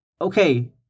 Okay